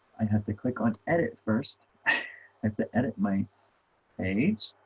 i have to click on edit first i have to edit my page